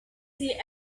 she